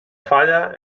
falla